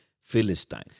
Philistines